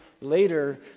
later